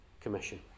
commission